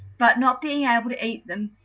but, not being able to eat them,